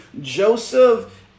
Joseph